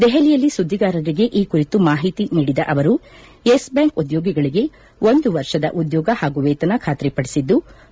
ದೆಹಲಿಯಲ್ಲಿ ಸುದ್ಲಿಗಾರರಿಗೆ ಈ ಕುರಿತು ಮಾಹಿತಿ ನೀಡಿದ ಅವರು ಯೆಸ್ ಬ್ಲಾಂಕ್ ಉದ್ದೋಗಿಗಳಿಗೆ ಒಂದು ವರ್ಷದ ಉದ್ದೋಗ ಹಾಗೂ ವೇತನ ಬಾತ್ರಿಪಡಿಸಿದ್ಲು